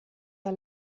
war